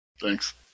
Thanks